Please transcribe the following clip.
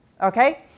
Okay